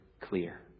clear